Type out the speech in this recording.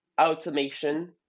automation